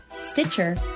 Stitcher